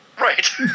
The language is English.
Right